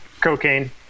Cocaine